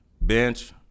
bench